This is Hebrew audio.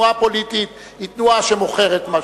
שתנועה פוליטית היא תנועה שמוכרת משהו,